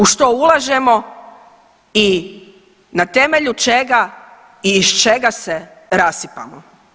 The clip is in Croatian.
U što ulažemo i na temelju čega i iz čega se rasipamo.